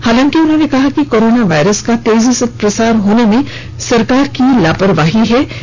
हालांकि उन्होंने कहा कि कोरोना वायरस का तेजी से प्रसार होने में सरकार की लापरवाही स्पष्ट दिख रही है